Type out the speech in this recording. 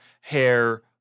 Hair